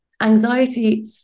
anxiety